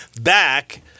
back